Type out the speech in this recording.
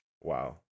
Wow